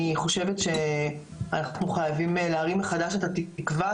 אני חושבת שאנחנו חייבים להרים מחדש את התקווה,